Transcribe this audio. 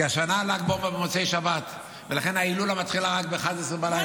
כי השנה ל"ג בעומר במוצאי שבת ולכן ההילולה מתחילה רק ב-23:00.